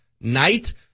night